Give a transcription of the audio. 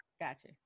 gotcha